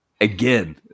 Again